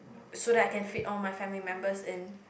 so that I can fit all my family members in